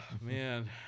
Man